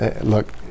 Look